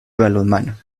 balonmano